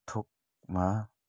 थोकमा